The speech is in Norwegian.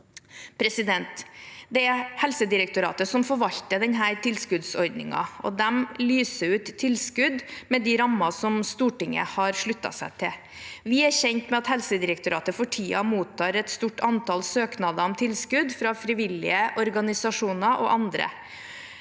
man får. Det er Helsedirektoratet som forvalter denne tilskuddsordningen, og de lyser ut tilskudd med de rammer som Stortinget har sluttet seg til. Vi er kjent med at Helsedirektoratet for tiden mottar et stort antall søknader om tilskudd fra frivillige organisasjoner og andre.